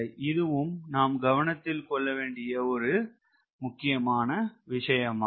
இதுவும் நாம் கவனத்தில் கொள்ளவேண்டிய ஒரு முக்கியமான விஷயமாகும்